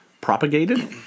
propagated